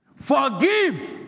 Forgive